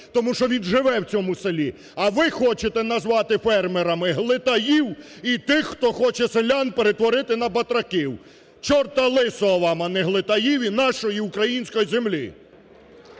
тому що він живе в цьому селі. А ви хочете назвати фермерами глитаїв і тих, хто хоче селян перетворити на батраків. Чорта лисого вам, а не глитаїв і нашої української землі!